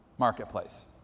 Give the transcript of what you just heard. marketplace